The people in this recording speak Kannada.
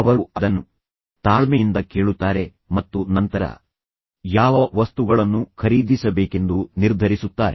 ಅವರು ಅದನ್ನು ತಾಳ್ಮೆಯಿಂದ ಕೇಳುತ್ತಾರೆ ಮತ್ತು ನಂತರ ಯಾವ ವಸ್ತುಗಳನ್ನು ಖರೀದಿಸಬೇಕೆಂದು ನಿರ್ಧರಿಸುತ್ತಾರೆ